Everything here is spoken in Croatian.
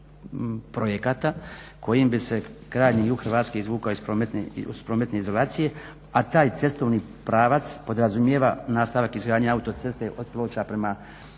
projekata kojim bi se krajnji jug Hrvatske izvukao iz prometne izolacije, a taj cestovni pravac podrazumijeva nastavak izgradnje autoceste od Ploča prema